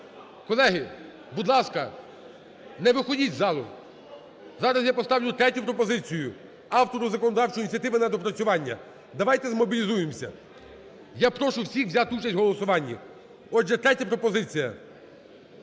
Колеги, будь ласка, не виходіть з залу. Зараз я поставлю третю пропозицію: автору законодавчої ініціативи на доопрацювання. Давайте змобілізуємося. І прошу всіх взяти участь в голосуванні. Отже, третя пропозиція